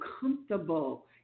comfortable